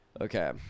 Okay